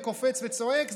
צועק וקופץ,